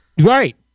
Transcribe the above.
Right